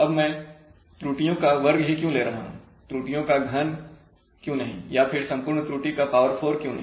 अब मैं त्रुटियों का वर्ग ही क्यों ले रहा हूं त्रुटियों का घन क्यों नहीं या फिर संपूर्ण त्रुटि का पावर 4 क्यों नहीं